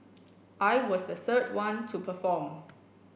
I was the third one to perform